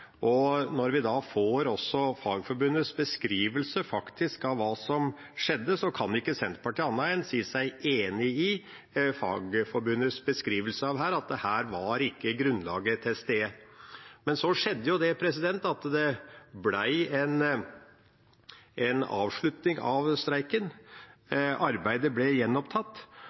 Når vi så får Fagforbundets beskrivelse av hva som faktisk skjedde, kan ikke Senterpartiet annet enn å si seg enig i Fagforbundets beskrivelse av at her var ikke grunnlaget til stede. Men så skjedde det at det ble en avslutning av streiken. Arbeidet ble gjenopptatt.